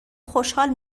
خوشحال